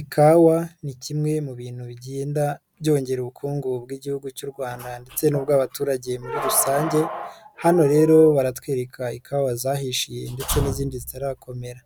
Ikawa ni kimwe mu bintu bigenda byongera ubukungu bw'Igihugu cy'u Rwanda ndetse n'ubw'abaturage muri rusange hano rero baratwereka ikawa zahishiye ndetse n'izindi zitarakomera,